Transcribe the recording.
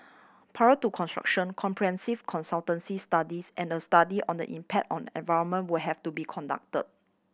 prior to construction comprehensive consultancy studies and a study on the impact on environment will have to be conducted